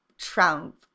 Trump